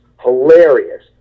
hilarious